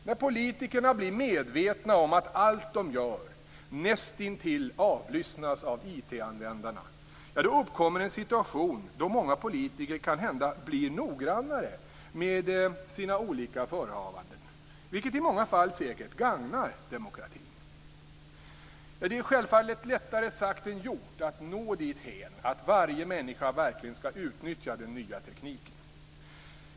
När politikerna blir medvetna om att allt de gör näst intill avlyssnas av IT-användarna uppkommer en situation då många politiker kanhända blir noggrannare med sina olika förehavanden, vilket i många fall säkert gagnar demokratin. Det är självfallet lättare sagt än gjort att nå dithän att varje människa verkligen skall utnyttja den nya tekniken.